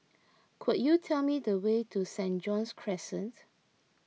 could you tell me the way to Saint John's Crescent